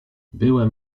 byłem